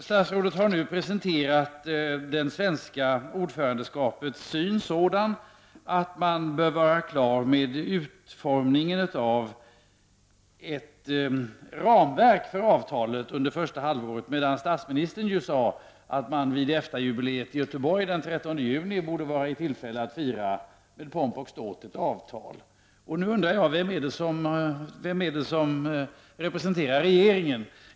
Statsrådet har presenterat det svenska ordförandeskapets syn så, att man bör vara klar med utformningen av ett ramverk för avtalet under första halvåret. Statsministern sade däremot att vi i samband med EFTA-jubileet i Göteborg den 13 juni borde vara i tillfälle att fira ett avtal med pompa och ståt. Jag undrar vem som representerar regeringen.